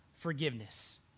Forgiveness